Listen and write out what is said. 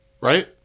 right